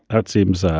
now, it seems, ah